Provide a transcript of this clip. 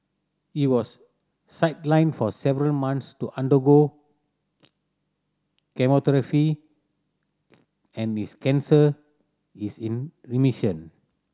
he was sidelined for several months to undergo chemotherapy and his cancer is in remission